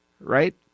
right